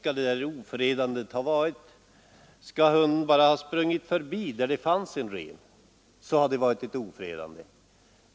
Skall det räknas som ofredande att hunden bara har sprungit förbi ett ställe där det fanns en ren?